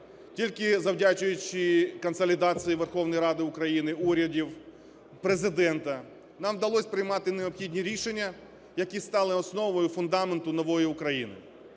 Тільки завдячуючи консолідації Верховної Ради України, уряду, Президента нам вдалось приймати необхідні рішення, які стали основою фундаменту нової України.